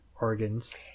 organs